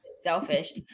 selfish